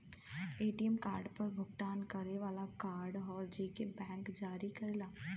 ATM card एक भुगतान करे वाला कार्ड हौ जेके बैंक जारी करेला